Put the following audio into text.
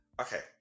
okay